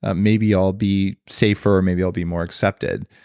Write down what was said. ah maybe i'll be safer, or maybe i'll be more accepted.